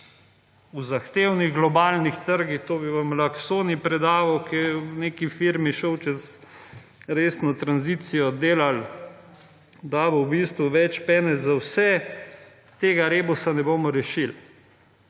v zahtevnih globalnih trgih, to bi vam lahko Soni predaval, ki je v neki firmi šel čez resno tranzicijo, delali da bo v bistvu več penez za vse, tega rebusa ne bomo rešili.